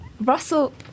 Russell